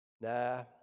Nah